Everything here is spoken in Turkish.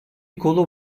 kolu